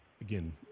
again